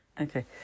okay